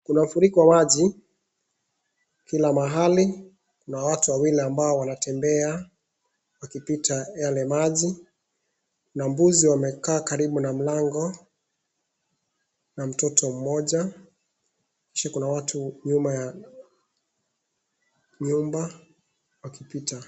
Kuna mfuriko wa maji kila mahali, Kuna watu wawili ambao wanatembea wakipita yale maji na mbuzi wamekaa karibu na mlango na mtoto mmoja. Kisha kuna watu nyuma ya nyumba wakipita.